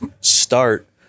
start